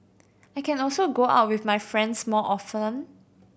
I can also go out with my friends more often